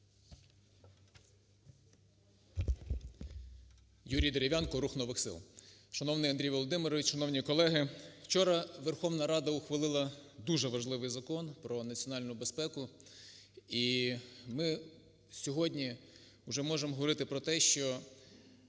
Юрій Дерев'янко, "Рух нових сил". Шановний Андрій Володимирович, шановні колеги! Вчора Верховна Рада ухвалила дуже важливий Закон про національну безпеку і ми сьогодні вже можемо говорити про те, що